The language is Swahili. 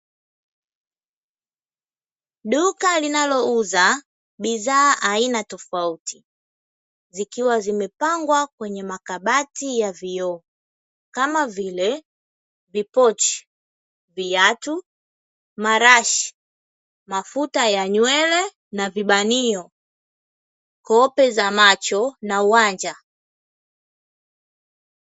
Duka linalouza bidhaa aina tofauti, zikiwa zimepangwa kwenye makabati ya vioo kama vile: vipochi, viatu, marashi, mafuta ya nywele na vibanio, kope za macho na wanja.